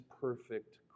perfect